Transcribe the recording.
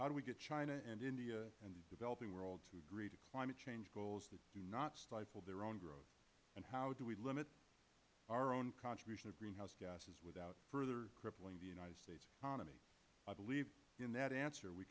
how do we get china and india and the developing world to agree to climate change goals that do not stifle their own growth and how do we limit our own contribution of greenhouse gases without further crippling the united states economy i believe in that answer we